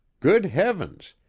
good heavens,